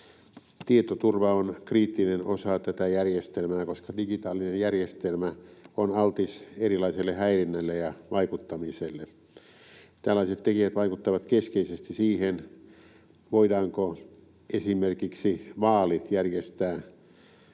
Tietoturva on kriittinen osa tätä järjestelmää, koska digitaalinen järjestelmä on altis erilaiselle häirinnälle ja vaikuttamiselle. Tällaiset tekijät vaikuttavat keskeisesti siihen, voidaanko esimerkiksi vaalit järjestää